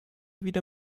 wieder